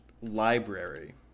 library